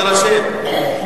תירשם.